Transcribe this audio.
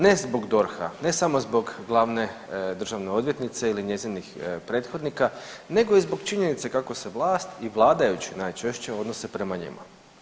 Ne zbog DORH-a, ne samo zbog glavne državne odvjetnice ili njezinih prethodnika, nego i zbog činjenice kako se vlast i vladajući najčešće odnose prema njima.